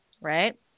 right